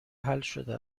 حلشده